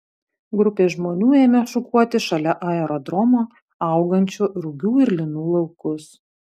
grupė žmonių ėmė šukuoti šalia aerodromo augančių rugių ir linų laukus